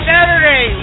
Saturday